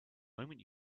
moment